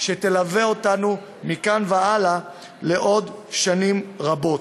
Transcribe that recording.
שתלווה אותנו מכאן והלאה עוד שנים רבות.